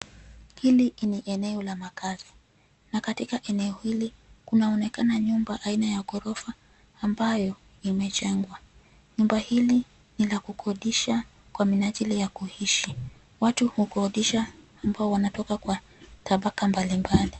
Hili ni eneo la makazi na katika eneo hili kunaonekana nyumba aina ya ghorofa ambayo imejengwa. Nyumba hili ni la kukondisha kwa minajili ya kuishi, watu hukondisha ambao wanatoka kwa tabaka mbalimbali.